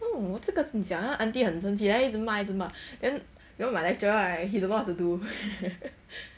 what 你讲那个 auntie 很生气很生气她一直骂一直骂 you know my lecturer right he don't know what to do